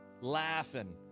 laughing